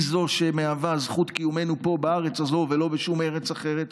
היא שמהווה זכות קיומנו פה בארץ הזו ולא בשום ארץ אחרת.